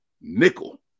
nickel